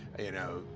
you know,